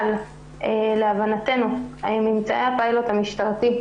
להבנתנו ממצאי הפיילוט המשטרתי,